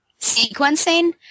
sequencing